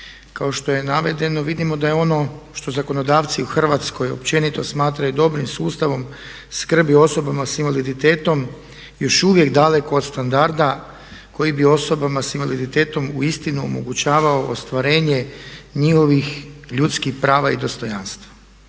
Kao što je navedeno vidimo da je ono što zakonodavci u Hrvatskoj općenito smatraju dobrim sustavom skrbi o osobama s invaliditetom još uvijek daleko od standarda koji bi osobama sa invaliditetom uistinu omogućavao ostvarenje njihovih ljudskih prava i dostojanstva.